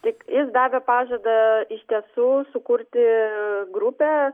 tik jis davė pažadą iš tiesų sukurti grupę